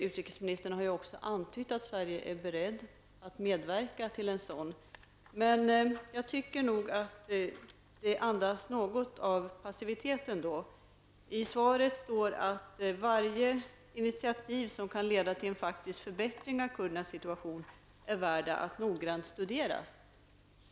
Utrikesministern har också antytt att Sverige är beredd att medverka till en sådan. Jag tycker nog ändå att det andas något av passivitet. I svaret sägs att varje initiativ som kan leda till en faktisk förbättring av kurdernas situation är värt att noga studeras.